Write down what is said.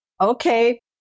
okay